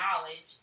knowledge